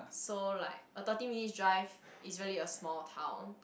so like a thirty minutes drive is really a small town